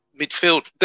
midfield